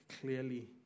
clearly